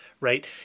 right